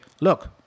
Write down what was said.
look